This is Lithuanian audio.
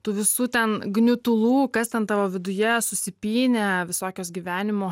tų visų ten gniutulų kas ten tavo viduje susipynę visokios gyvenimo